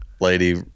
lady